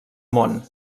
món